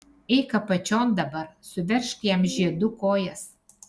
eik apačion dabar suveržk jam žiedu kojas